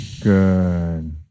Good